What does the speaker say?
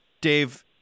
Dave